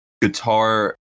guitar